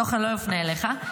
התוכן לא יופנה אליך.